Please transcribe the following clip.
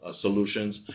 solutions